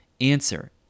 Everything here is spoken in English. Answer